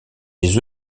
les